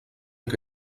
que